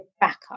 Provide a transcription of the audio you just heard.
backup